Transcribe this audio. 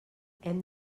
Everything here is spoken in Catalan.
hem